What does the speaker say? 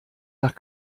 nach